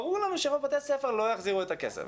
ברור לנו שרוב בתי הספר לא יחזירו את הכסף.